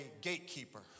gatekeeper